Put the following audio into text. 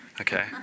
Okay